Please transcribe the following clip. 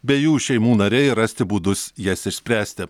bei jų šeimų nariai rasti būdus jas išspręsti